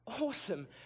awesome